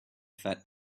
fat